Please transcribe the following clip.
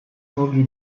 mogli